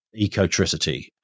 ecotricity